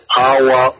power